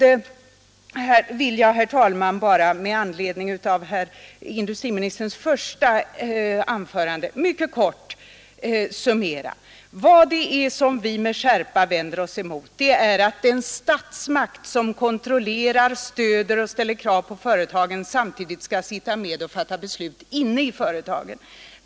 Sedan vill jag, herr talman, bara med anledning av industriministerns första anförande mycket kort summera: Vi vänder oss med skärpa mot att den statsmakt som kontrollerar, stöder och ställer krav på företagen samtidigt skall sitta ned och fatta beslut inne i företagen.